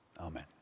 Amen